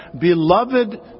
beloved